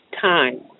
time